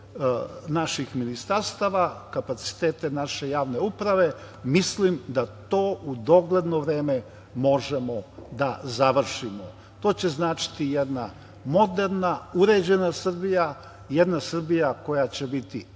naših ministarstava, kapacitete naše javne uprave, mislim da to u dogledno vreme možemo da završimo. To će značiti jedna moderna, uređena Srbija, jedna Srbija koja će biti